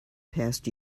past